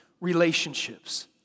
relationships